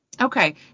Okay